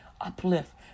Uplift